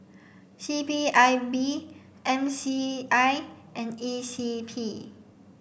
C P I B N C I and E C P